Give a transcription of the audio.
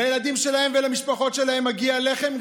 לילדים שלהם ולמשפחות שלהם מגיע לחם,